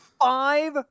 five